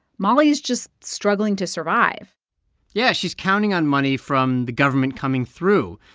molly is just struggling to survive yeah. she's counting on money from the government coming through.